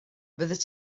fyddet